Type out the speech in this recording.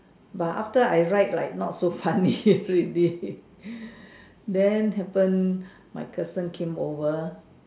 but after I write like not so funny already then happen my cousin came over